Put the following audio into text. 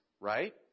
right